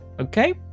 okay